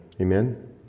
Amen